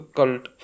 cult